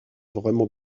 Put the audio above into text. vraiment